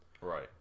Right